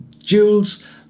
jewels